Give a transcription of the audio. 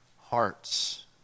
hearts